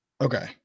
Okay